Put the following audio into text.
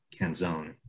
Canzone